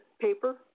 paper